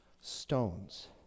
stones